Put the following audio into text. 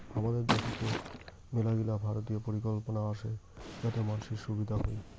হামাদের দ্যাশোত মেলাগিলা ভারতীয় পরিকল্পনা আসে যাতে মানসির সুবিধা হই